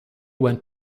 went